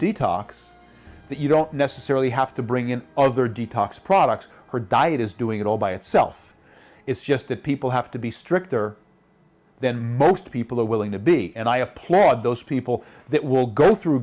that you don't necessarily have to bring in other detox products or diet is doing it all by itself it's just that people have to be stricter than most people are willing to be and i applaud those people that will go through